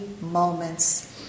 moments